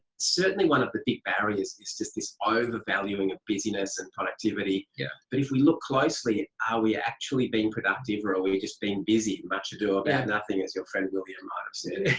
certainly one of the big barriers is just this over valuing of business and productivity. yeah. but if we look closely at, are we actually being productive or are we we just being busy? much ado about and nothing as your friend william might have said.